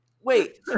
Wait